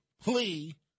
plea